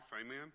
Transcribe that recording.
amen